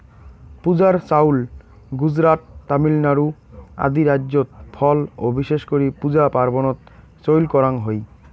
পূজার চাউল গুজরাত, তামিলনাড়ু আদি রাইজ্যত ফল ও বিশেষ করি পূজা পার্বনত চইল করাঙ হই